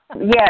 Yes